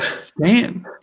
Stan